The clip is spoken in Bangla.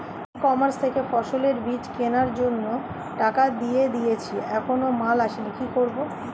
ই কমার্স থেকে ফসলের বীজ কেনার জন্য টাকা দিয়ে দিয়েছি এখনো মাল আসেনি কি করব?